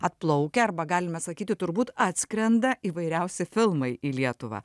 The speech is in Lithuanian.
atplaukia arba galime sakyti turbūt atskrenda įvairiausi filmai į lietuvą